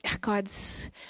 God's